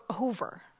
over